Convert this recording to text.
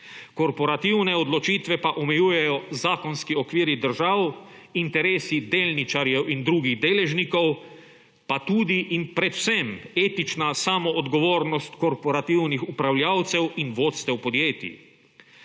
korporativne odločitve pa omejuje zakonski okviri držav, interesi delničarjev in drugih deležnikov, pa tudi in predvsem, etična samo odgovornost korporativnih upravljavcev in vodstev podjetij.